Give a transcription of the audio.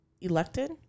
Elected